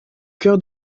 cœur